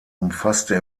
umfasste